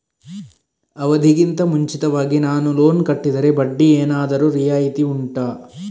ಅವಧಿ ಗಿಂತ ಮುಂಚಿತವಾಗಿ ನಾನು ಲೋನ್ ಕಟ್ಟಿದರೆ ಬಡ್ಡಿ ಏನಾದರೂ ರಿಯಾಯಿತಿ ಉಂಟಾ